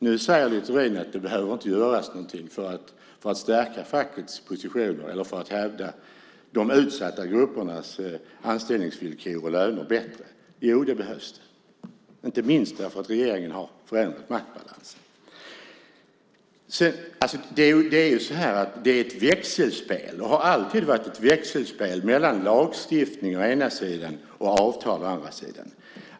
Nu säger Littorin att det inte behöver göras någonting för att stärka fackets position eller för att bättre hävda utsatta gruppers anställningsvillkor och löner. Jo, det behövs det, inte minst för att regeringen förändrat maktbalansen. Det är ju fråga om ett växelspel. Det har alltid varit ett växelspel mellan lagstiftning å ena sidan och avtal å andra sidan.